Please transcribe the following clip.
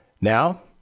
now